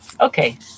okay